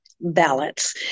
balance